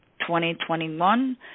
2021